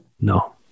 No